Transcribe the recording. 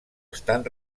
estan